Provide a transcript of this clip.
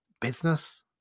business